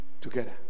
together